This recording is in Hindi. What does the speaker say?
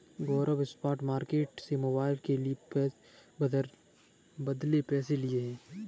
गौरव स्पॉट मार्केट से मोबाइल के बदले पैसे लिए हैं